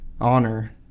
honor